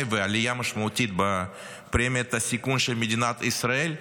ועלייה משמעותית בפרמיית הסיכון של מדינת ישראל,